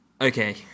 Okay